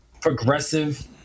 Progressive